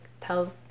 tell